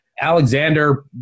Alexander